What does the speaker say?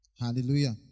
Hallelujah